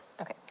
Okay